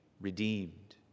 redeemed